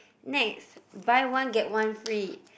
next buy one get one free